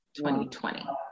2020